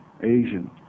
Asian